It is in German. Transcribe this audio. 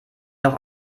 noch